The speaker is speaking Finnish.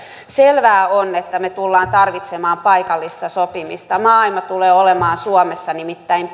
selvää on että me tulemme tarvitsemaan paikallista sopimista maailma tulee olemaan suomessa nimittäin